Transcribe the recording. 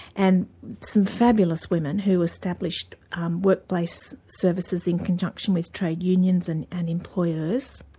and some fabulous women who established work-place services, in conjunction with trade unions and and employers,